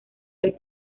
del